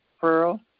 Pearl